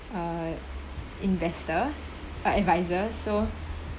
uh investors uh advisor so